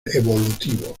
evolutivo